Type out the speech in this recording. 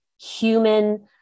human